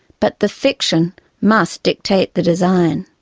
but the fiction must dictate the design.